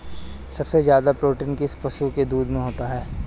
सबसे ज्यादा प्रोटीन किस पशु के दूध में होता है?